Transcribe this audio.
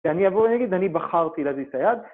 כשאני אבוא ואני נגיד, אני בחרתי להזיז את היד.